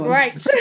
right